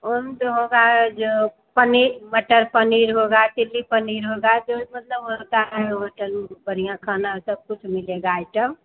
ओम तो होगा जो पनीर मटर पनीर होगा चिल्ली पनीर होगा जो मतलब होता है होटल बढ़िया खाना सब कुछ मिलेगा आइटम